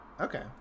Okay